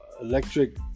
electric